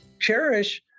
Cherish